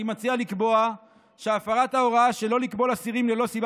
אני מציע לקבוע שהפרת ההוראה שלא לכבול אסירים ללא סיבה